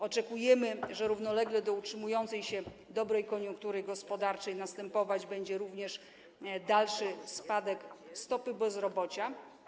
Oczekujemy, że równolegle do utrzymującej się dobrej koniunktury gospodarczej następować będzie również dalszy spadek stopy bezrobocia.